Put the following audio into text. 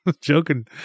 joking